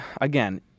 again